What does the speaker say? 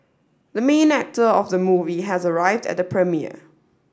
the main actor of the movie has arrived at the premiere